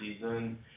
season